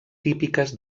típiques